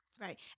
Right